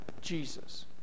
Jesus